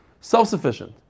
self-sufficient